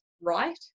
right